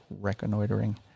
reconnoitering